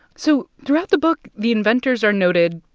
so throughout the book, the inventors are noted,